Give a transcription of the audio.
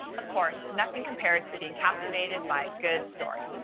of course, nothing compares to being captivated by a good story.